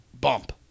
bump